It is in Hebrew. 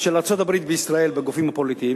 של ארצות-הברית בישראל בגופים הפוליטיים,